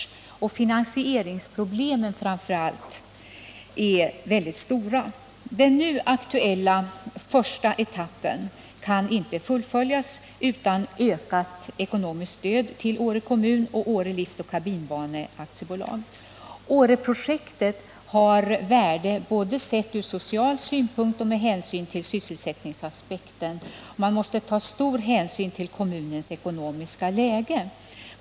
Framför allt är finansieringsproblemen stora. Den nu aktuella första etappen kan inte fullföljas utan ökat ekonomiskt stöd till Åre kommun och Åre Liftoch Kabinbane AB. Åreprojektet har värde både sett ur social synpunkt och med hänsyn till sysselsättningsaspekten. Man måste ta stor hänsyn till kommunens ekonomiska läge.